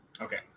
Okay